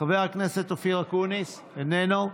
חבר הכנסת אופיר אקוניס איננו,